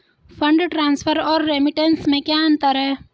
Fund transfer और remittance में क्या अंतर है?